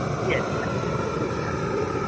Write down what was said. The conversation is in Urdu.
جی اچھا جی ہاں جی